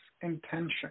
intention